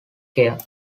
care